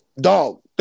Dog